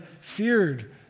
feared